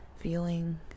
feeling